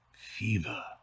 Fever